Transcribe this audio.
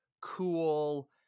cool